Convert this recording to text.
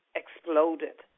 exploded